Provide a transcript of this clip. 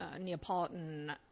Neapolitan